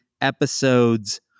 episodes